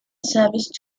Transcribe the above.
service